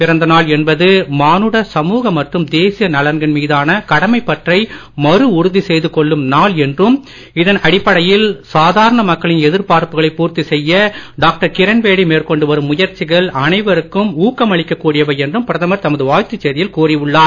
பிறந்த நாள் என்பது மானுட சமூக மற்றும் தேசிய நலன்கள் மீதான கடமைப் பற்றை மறுஉறுதி செய்து கொள்ளும் நாள் என்றும் இதன் அடிப்படையில் சாதாரண மக்களின் எதிர்பார்ப்புகளை பூர்த்தி செய்ய டாக்டர் கிரண்பேடி மேற்கொண்டு வரும் முயற்சிகள் அனைவருக்கும் ஊக்கமளிக்க கூடியவை என்றும் பிரதமர் தமது வாழ்த்துச் செய்தியில் கூறி உள்ளார்